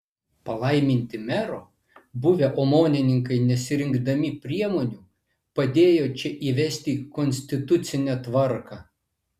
palaiminti mero buvę omonininkai nesirinkdami priemonių padėjo čia įvesti konstitucinę tvarką